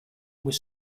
were